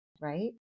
right